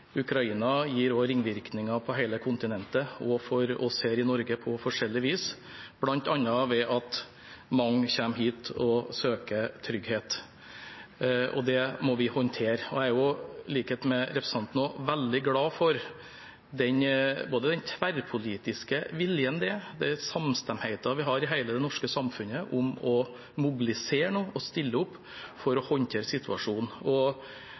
Ukraina gir også ringvirkninger for hele kontinentet og for oss her i Norge på forskjellig vis, bl.a. ved at mange kommer hit og søker trygghet. Det må vi håndtere. I likhet med representanten er jeg veldig glad for både den tverrpolitiske viljen og den samstemtheten vi har i hele det norske samfunnet om å mobilisere nå og stille opp for å håndtere situasjonen.